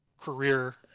career